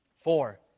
Four